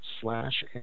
slash